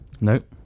nope